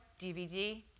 DVD